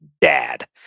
dad